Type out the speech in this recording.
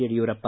Yediyurappa